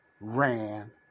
ran